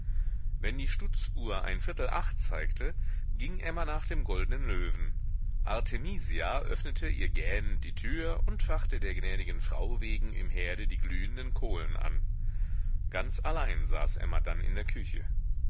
wenn die stutzuhr ein viertel acht uhr zeigte ging emma nach dem goldnen löwen artemisia öffnete ihr gähnend die tür und fachte der gnädigen frau wegen im herde die glühenden kohlen an ganz allein saß emma dann in der küche